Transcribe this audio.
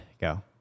go